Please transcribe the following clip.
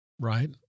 right